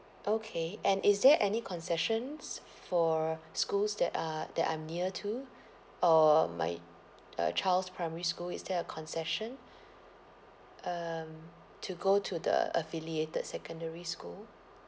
okay and is there any concessions for schools that are that I'm near to uh my uh child's primary school is there a concession um to go to the affiliated secondary school